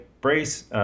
brace